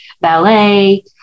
ballet